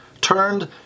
turned